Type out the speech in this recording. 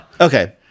okay